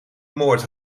moord